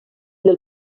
del